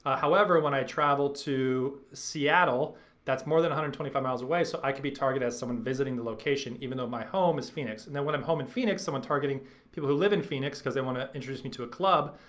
ah however, when i travel to seattle that's more than one hundred and twenty five miles away so i could be targeted as someone visiting the location even though my home is phoenix. and then when i'm home in phoenix someone targeting people who live in phoenix because they wanna introduce me to a club,